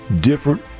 different